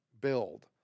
build